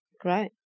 Great